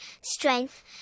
strength